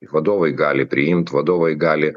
vadovai gali priimt vadovai gali